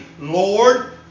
Lord